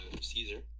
Caesar